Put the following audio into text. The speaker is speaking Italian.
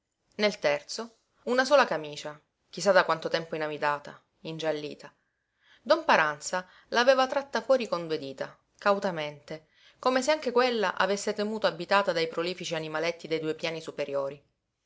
nel terzo una sola camicia chi sa da quanto tempo inamidata ingiallita don paranza l'aveva tratta fuori con due dita cautamente come se anche quella avesse temuto abitata dai prolifici animaletti dei due piani superiori